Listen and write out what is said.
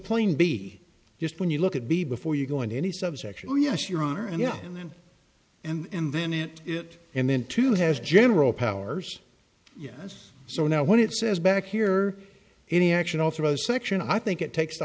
plain be just when you look at b before you go into any subsection oh yes your honor and yeah and then and then it it and then to has general powers yes so now when it says back here any action also section i think it takes t